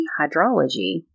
Hydrology